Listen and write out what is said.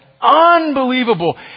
unbelievable